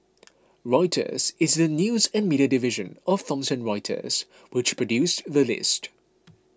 Reuters is the news and media division of Thomson Reuters which produced the list